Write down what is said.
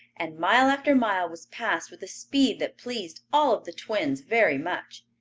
and mile after mile was passed with a speed that pleased all of the twins very much.